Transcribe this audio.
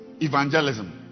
evangelism